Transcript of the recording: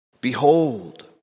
Behold